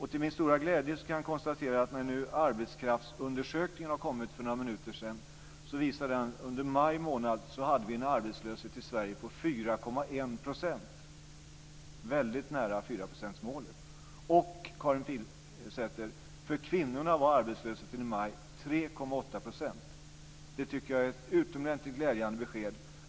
Till min stora glädje kan jag konstatera att resultatet av arbetskraftsundersökningen nu har kommit för några minuter sedan och den visar att vi under maj månad hade en arbetslöshet i Sverige på 4,1 %, vilket är väldigt nära 4-procentsmålet. För kvinnorna var arbetslösheten i maj, Karin Pilsäter, 3,8 %. Jag tycker att det är ett utomordentligt glädjande besked.